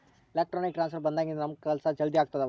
electronic transfer ಬಂದಾಗಿನಿಂದ ನಮ್ ಕೆಲ್ಸ ಜಲ್ದಿ ಆಗ್ತಿದವ